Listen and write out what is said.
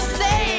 say